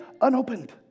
unopened